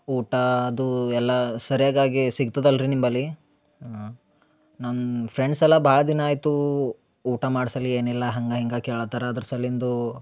ಊಟಾದು ಎಲ್ಲಾ ಸರ್ಯಾಗಾಗಿ ಸಿಗ್ತದಲ್ರಿ ನಿಮ್ಮಲ್ಲಿ ನನ್ನ ಫ್ರೆಂಡ್ಸೆಲ್ಲ ಭಾಳ ದಿನ ಆಯಿತು ಊಟ ಮಾಡ್ಸಲಿ ಏನಿಲ್ಲ ಹಂಗೆ ಹಿಂಗೆ ಕೇಳತರ ಅದ್ರ ಸಲಿಂದು